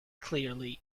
clearly